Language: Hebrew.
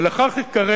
ולכך ייקרא